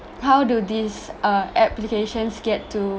how do these uh applications get to